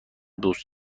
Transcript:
دوست